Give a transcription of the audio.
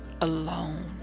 alone